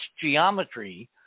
geometry